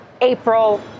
April